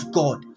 god